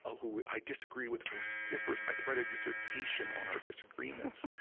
ah who i disagree with vociferously i could write a dissertation on our disagreements.